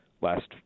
last